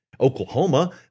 Oklahoma